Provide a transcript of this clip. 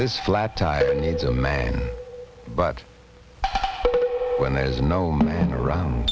this flat tire needs a man but when there is no man around